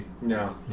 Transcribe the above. No